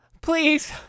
Please